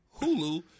Hulu